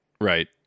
Right